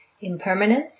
Impermanence